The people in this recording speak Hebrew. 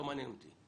לא מעניין אותי.